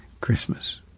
christmas